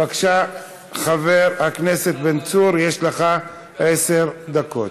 בבקשה, חבר הכנסת בן צור, יש לך עשר דקות.